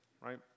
right